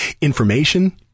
information